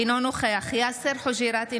אינו נוכח יאסר חוג'יראת,